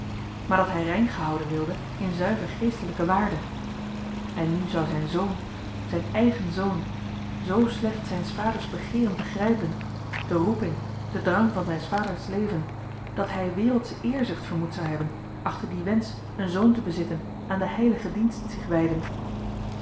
maar dat hij rein gehouden wilde in zuiver geestelijke waarde en nu zou zijn zoon zijn eigen zoon z slecht zijns vaders begeeren begrijpen de roeping den drang van zijns vaders leven dat hij wereldsche eerzucht vermoed zou hebben achter dien wensch een zoon te bezitten aan den heiligen dienst zich wijdend